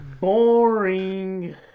Boring